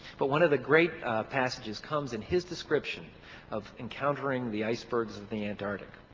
but one of the great passages comes in his description of encountering the icebergs of the antarctic.